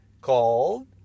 called